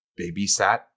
babysat